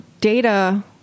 data